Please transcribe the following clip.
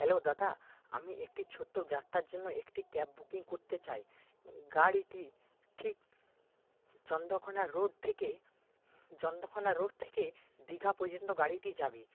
hello দাদা আমি একটি ছোট্ট যাত্রার জন্য একটি ক্যাব বুকিং করতে চাই গাড়িটি ঠিক চন্দ্রকোনা রোড থেকে চন্দ্রকোনা রোড থেকে দিঘা পর্যন্ত গাড়িটি যাবে